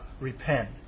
repent